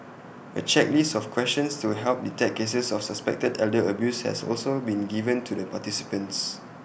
A checklist of questions to help detect cases of suspected elder abuse has also been given to the participants